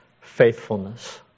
faithfulness